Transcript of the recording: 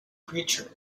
creature